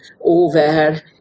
over